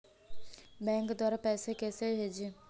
Bank द्वारा पैसे कैसे भेजें?